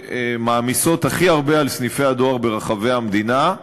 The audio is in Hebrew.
שמעמיסות הכי הרבה על סניפי הדואר ברחבי המדינה.